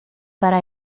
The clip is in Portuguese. para